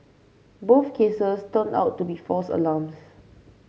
both cases turned out to be false alarms